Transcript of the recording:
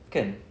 kan